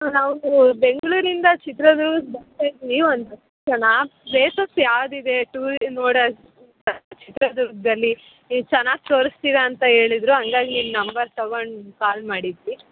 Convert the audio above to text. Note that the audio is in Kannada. ನಾವು ಬೆಂಗಳೂರಿಂದ ಚಿತ್ರದುರ್ಗಕ್ಕೆ ಬರ್ತಾ ಇದ್ವಿ ಒಂದು ಹತ್ತು ಜನ ಪ್ಲೇಸಸ್ ಯಾವ್ದು ಇದೆ ಟೂರಿಗೆ ನೋಡೊ ಅಷ್ಟ್ ಚಿತ್ರದುರ್ಗದಲ್ಲಿ ನೀವು ಚೆನ್ನಾಗಿ ತೋರಿಸ್ತೀರ ಅಂತ ಹೇಳಿದ್ರು ಹಂಗಾಗಿ ನಂಬರ್ ತಗೊಂಡು ಕಾಲ್ ಮಾಡಿದ್ವಿ